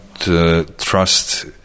Trust